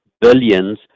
billions